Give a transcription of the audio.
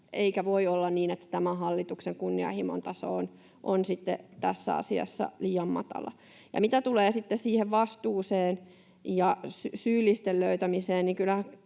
eikä voi olla niin, että tämä hallituksen kunnianhimon taso on sitten tässä asiassa liian matala. Ja mitä tulee sitten siihen vastuuseen ja syyllisten löytämiseen,